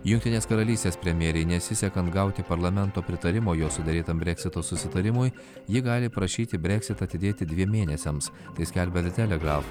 jungtinės karalystės premjerei nesisekant gauti parlamento pritarimo jo suderėtam breksito susitarimui ji gali prašyti breksitą atidėti dviem mėnesiams tai skelbia de telegraf